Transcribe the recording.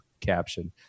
caption